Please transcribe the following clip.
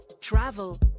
travel